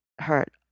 hurt